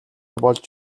болж